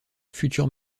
futur